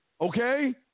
Okay